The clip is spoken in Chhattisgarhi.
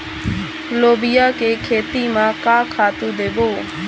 लोबिया के खेती म का खातू देबो?